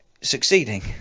succeeding